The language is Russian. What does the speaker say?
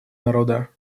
народа